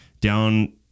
down